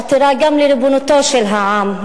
חתירה גם לריבונותו של העם,